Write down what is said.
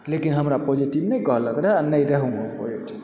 लेकिन हमरा पॉजिटिव नहि कहलक नहि रहहुँ हम पॉजिटिव